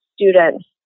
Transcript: students